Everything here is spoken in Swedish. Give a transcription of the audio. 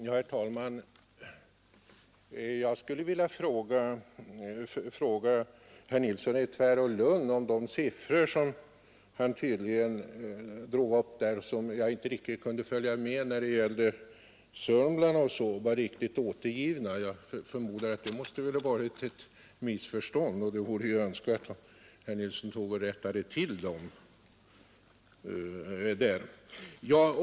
Herr talman! Jag skulle vilja fråga herr Nilsson i Tvärålund om de siffror var riktigt återgivna som han angav beträffande Sörmland och som jag inte helt kunde följa med på. Jag förmodar att det måste föreligga ett missförstånd, och det vore önskvärt om herr Nilsson rättade till det.